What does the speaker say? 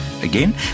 Again